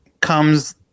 comes